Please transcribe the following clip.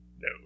No